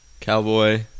Cowboy